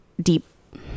deep